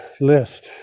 list